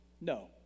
No